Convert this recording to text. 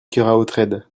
keraotred